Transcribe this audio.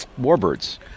warbirds